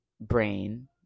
brain